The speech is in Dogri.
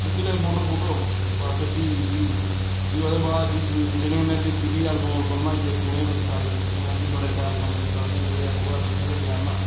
खिच्ची लै फोटो फोटो बस फ्ही जी फ्ही ओह्दे बाद जी जि'नेंगी में दित्ती बी एल्बम उल्बम बनाइयै ते उ'नेंगी बड़ी तरीफ कीतियां जी बड़ा शैल कम्म कीता तुसें एह् ऐ वो ऐ तुसें गै देआ करना